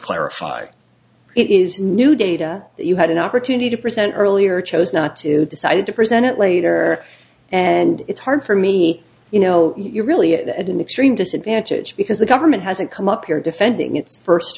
clarify it is new data that you had an opportunity to present earlier chose not to decided to present it later and it's hard for me you know you really had an extreme disadvantage because the government hasn't come up here defending its first